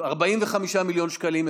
45 מיליון שקלים,